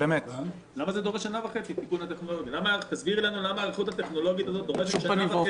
--- למה ההיערכות הטכנולוגית הזאת דורשת שנה וחצי?